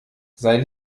sei